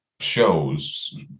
shows